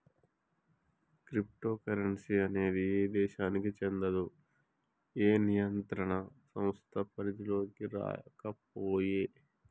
crypto currency అనేది ఏ దేశానికీ చెందదు, ఏ నియంత్రణ సంస్థ పరిధిలోకీ రాకపాయే